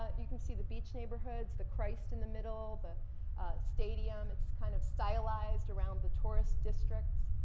ah you can see the beach neighborhoods, the christ in the middle, the stadium. it's kind of stylized around the tourist districts.